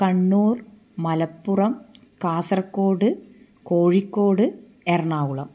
Kannur Malappuram Kasaragod Kozhikode Ernakulam